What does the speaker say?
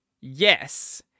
yes